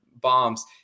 bombs